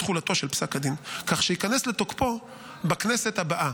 תחולתו של פסק הדין כך שייכנס לתוקפו בכנסת הבאה.